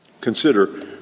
Consider